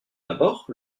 d’abord